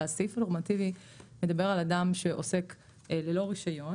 הסעיף הנורמטיבי מדבר על אדם שעוסק ללא רישיון